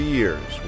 years